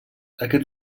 aquest